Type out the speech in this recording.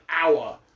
hour